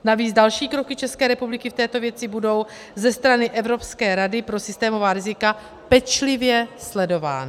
Navíc další kroky České republiky v této věci budou ze strany Evropské rady pro systémová rizika pečlivě sledovány.